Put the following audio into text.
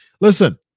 Listen